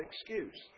excuse